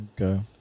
Okay